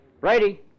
Brady